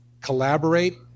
collaborate